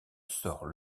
sort